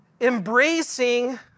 embracing